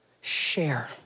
share